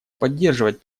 поддерживать